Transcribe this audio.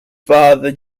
father